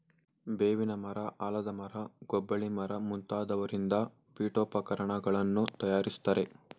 ಬೇವಿನ ಮರ, ಆಲದ ಮರ, ಗೊಬ್ಬಳಿ ಮರ ಮುಂತಾದವರಿಂದ ಪೀಠೋಪಕರಣಗಳನ್ನು ತಯಾರಿಸ್ತರೆ